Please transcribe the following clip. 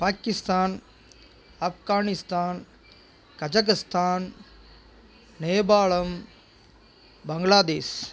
Pakistan Afghanistan Kazakhstan நேபாளம் பங்களாதேஷ்